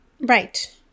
right